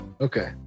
Okay